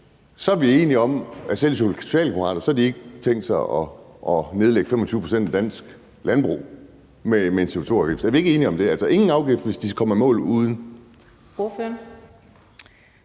selv Socialdemokraterne så ikke har tænkt sig at nedlægge 25 pct. af dansk landbrug med en CO2-afgift? Er vi ikke enige om det? Altså, ingen afgift, hvis landbruget kommer i mål uden?